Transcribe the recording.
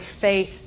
faith